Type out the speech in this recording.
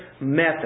method